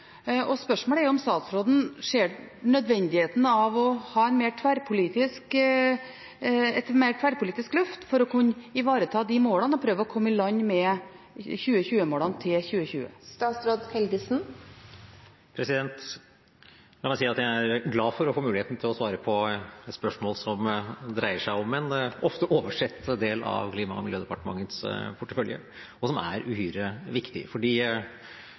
og spørsmålet er om statsråden ser nødvendigheten av å ha et mer tverrpolitisk løft for å kunne ivareta de målene og prøve å komme i land med 2020-målene til 2020. La meg si at jeg er glad for å få muligheten til å svare på et spørsmål som dreier seg om en ofte oversett del av Klima- og miljødepartementets portefølje og som er uhyre viktig.